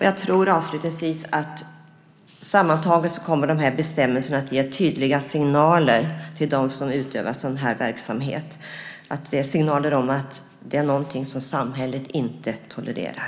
Jag tror avslutningsvis att de här bestämmelserna sammantaget kommer att ge tydliga signaler till dem som utövar sådan här verksamhet om att detta är någonting som samhället inte tolererar.